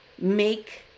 make